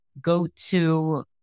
go-to